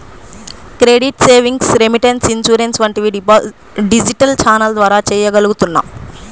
credit, savings, remittance, insurance వంటివి digital ఛానెల్ల ద్వారా చెయ్యగలుగుతున్నాం